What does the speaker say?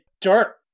dirt